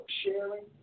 sharing